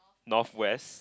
northwest